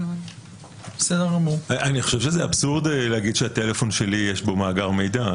אני חושב שזה אבסורד להגיד שיש מאגר מידע בטלפון שלי,